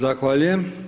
Zahvaljujem.